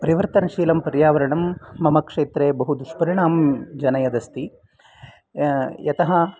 परिवर्तशीलं पर्यावरणं मम क्षेत्रे बहुदुष्परिणाम् जनयदस्ति यतः